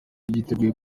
yiteguye